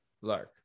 lark